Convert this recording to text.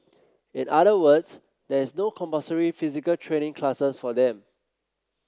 in other words there is no compulsory physical training classes for them